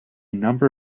number